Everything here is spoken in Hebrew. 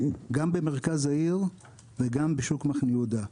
גם במרכז העיר וגם בשוק מחנה יהודה.